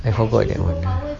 ya hogwart that [one] ah